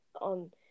on